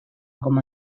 com